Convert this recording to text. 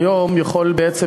כיום אפשר,